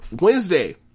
Wednesday